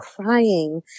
crying